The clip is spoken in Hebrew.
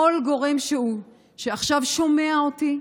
וכל גורם שעכשיו שומע אותי,